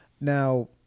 now